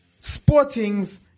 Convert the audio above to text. Sportings